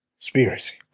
conspiracy